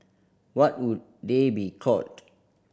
what would they be called